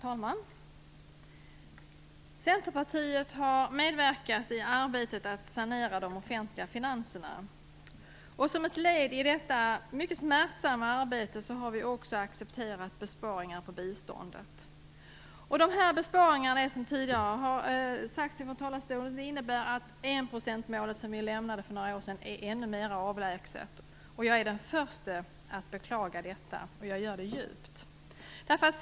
Herr talman! Centerpartiet har medverkat i arbetet med att sanera de offentliga finanserna. Som ett led i detta mycket smärtsamma arbete har vi också accepterat besparingar i biståndet. Som tidigare har sagts från talarstolen innebär de här besparingarna att enprocentsmålet, som vi ju lämnade för några år sedan, är ännu mer avlägset. Jag är den första att beklaga detta, och jag beklagar det djupt.